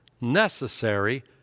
necessary